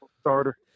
starter